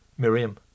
Miriam